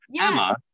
Emma